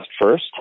first